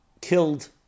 killed